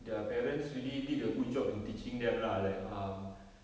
their parents really did a good job in teaching them lah like um